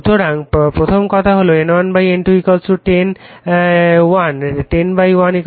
সুতরাং প্রথম কথা হল N1 N2 10 হল 1 101 10